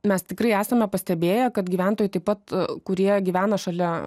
mes tikrai esame pastebėję kad gyventojai taip pat kurie gyvena šalia